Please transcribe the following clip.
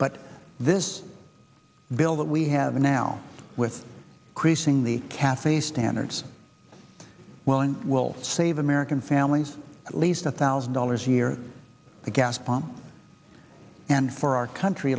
but this bill that we have now with creasing the cafe standards well it will save american families at least a thousand dollars a year the gas pump and for our country